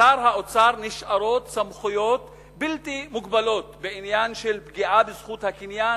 לשר האוצר נשארות סמכויות בלתי מוגבלות בעניין של פגיעה בזכות הקניין